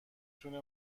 تونه